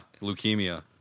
leukemia